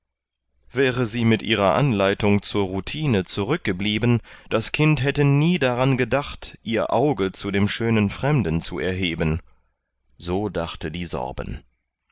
wäre sie mit ihrer anleitung zur routine zurückgeblieben das kind hätte nie daran gedacht ihr auge zu dem schönen fremden zu erheben so dachte die sorben